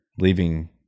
leaving